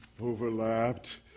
overlapped